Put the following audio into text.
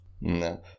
No